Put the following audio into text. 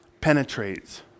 penetrates